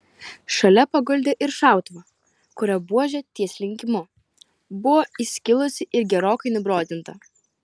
šalia paguldė ir šautuvą kurio buožė ties linkimu buvo įskilusi ir gerokai nubrozdinta